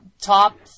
top